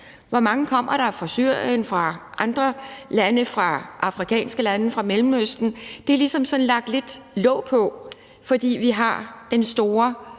Hvor mange kommer der fra Syrien, fra andre lande, fra afrikanske lande og fra Mellemøsten? Det er der ligesom sådan lidt lagt låg på, fordi vi har den store